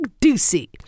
Ducey